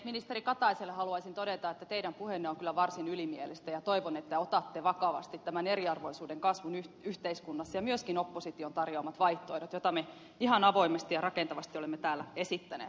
ministeri kataiselle haluaisin todeta että teidän puheenne on kyllä varsin ylimielistä ja toivon että otatte vakavasti tämän eriarvoisuuden kasvun yhteiskunnassa ja myöskin opposition tarjoamat vaihtoehdot joita me ihan avoimesti ja rakentavasti olemme täällä esittäneet